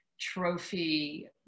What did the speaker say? trophy